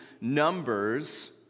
numbers